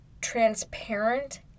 transparent